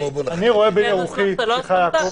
לא אסמכתה.